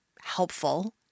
helpful